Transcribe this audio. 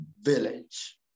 village